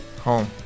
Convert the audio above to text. Home